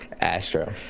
Astro